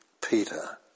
Peter